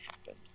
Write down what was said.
happen